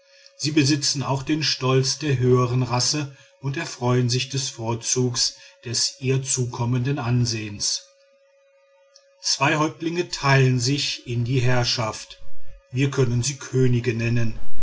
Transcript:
sie besitzen auch den stolz der höhern rasse und erfreuen sich des vorzugs des ihr zukommenden ansehens zwei häuptlinge teilen sich in die herrschaft wir können sie könige nennen